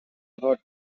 about